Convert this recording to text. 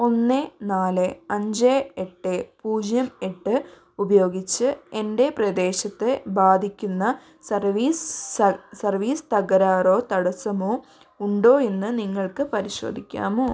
ഒന്ന് നാല് അഞ്ച് എട്ട് പൂജ്യം എട്ട് ഉപയോഗിച്ച് എൻ്റെ പ്രദേശത്തെ ബാധിക്കുന്ന സർവീസ് സർവീസ് തകരാറോ തടസ്സമോ ഉണ്ടോയെന്ന് നിങ്ങൾക്ക് പരിശോധിക്കാമോ